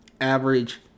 average